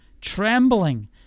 trembling